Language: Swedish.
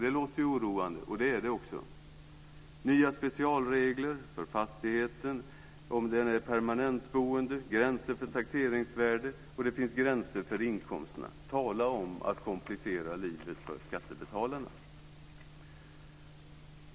Det låter oroande, och det är det också: nya specialregler för fastigheten om den är för permanentboende, gränser för taxeringsvärde och gränser för inkomsterna. Tala om att komplicera livet för skattebetalarna!